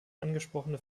angesprochene